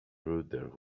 rudder